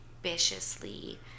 ambitiously